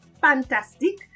fantastic